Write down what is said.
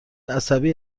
عصبی